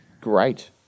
Great